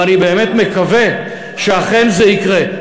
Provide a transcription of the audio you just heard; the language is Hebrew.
ואני באמת מקווה שאכן זה יקרה.